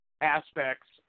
aspects